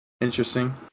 Interesting